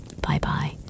Bye-bye